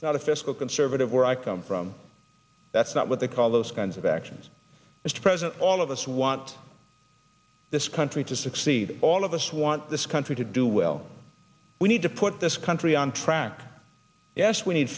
not a fiscal conservative where i come from that's not what they call those kinds of actions mr president all of us want this country to succeed all of us want this country to do well we need to put this country on track yes we need